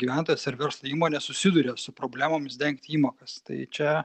gyventojas ar verslo įmonė susiduria su problemomis dengti įmokas tai čia